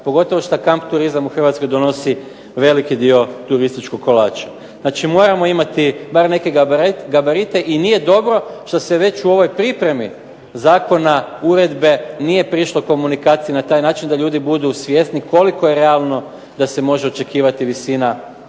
pogotovo što kamp turizam u Hrvatskoj donosi veliki dio turističkog kolača. Znači, moramo imati bar neke gabarite i nije dobro što se već u ovoj pripremi zakona uredbe nije prišlo komunikaciji na taj način da ljudi budu svjesni koliko je realno da se može očekivati visina